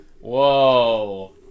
Whoa